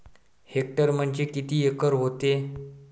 Hectare म्हणजे किती acre व्हते?